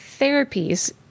therapies